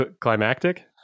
climactic